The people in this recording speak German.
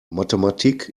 mathematik